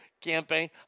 campaign